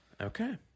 Okay